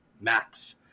Max